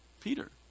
Peter